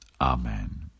Amen